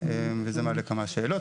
וזה מעלה כמה שאלות.